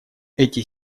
эти